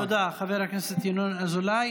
תודה, חבר הכנסת ינון אזולאי.